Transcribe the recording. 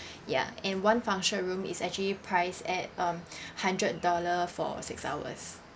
ya and one function room is actually priced at um hundred dollar for six hours